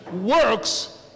works